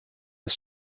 das